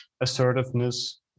assertiveness